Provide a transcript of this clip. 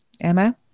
Emma